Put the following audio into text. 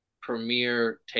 premier